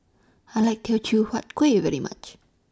I like Teochew Huat Kuih very much